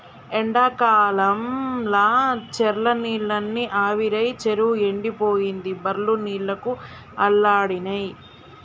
ఎండాకాలంల చెర్ల నీళ్లన్నీ ఆవిరై చెరువు ఎండిపోయింది బర్లు నీళ్లకు అల్లాడినై